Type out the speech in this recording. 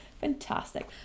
fantastic